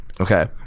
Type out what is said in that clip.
Okay